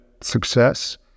success